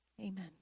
amen